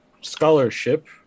scholarship